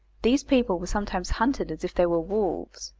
these people were sometimes hunted as if they were wolves,